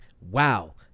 Wow